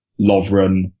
Lovren